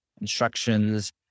instructions